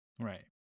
Right